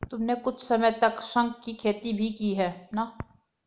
तुमने कुछ समय तक शंख की खेती भी की है ना?